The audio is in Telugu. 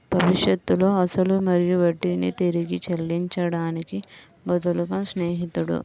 భవిష్యత్తులో అసలు మరియు వడ్డీని తిరిగి చెల్లించడానికి బదులుగా స్నేహితుడు